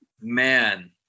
Man